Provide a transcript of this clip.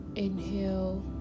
Inhale